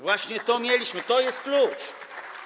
Właśnie to mieliśmy, to jest klucz.